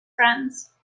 friends